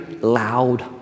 loud